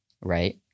Right